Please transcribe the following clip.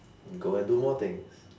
go and do more things